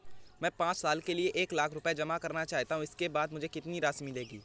मैं पाँच साल के लिए एक लाख रूपए जमा करना चाहता हूँ इसके बाद मुझे कितनी राशि मिलेगी?